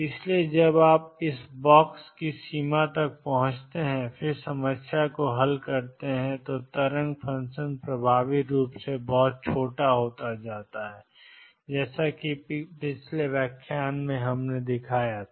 इसलिए जब आप इस बॉक्स की सीमा तक पहुँचते हैं और फिर समस्या को हल करते हैं तो तरंग फ़ंक्शन प्रभावी रूप से बहुत छोटा होता जा रहा है जैसा कि पिछले व्याख्यान में किया गया था